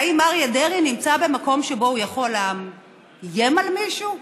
האם אריה דרעי נמצא במקום שבו הוא יכול לאיים על מישהו?